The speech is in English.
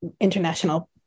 international